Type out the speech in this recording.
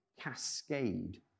cascade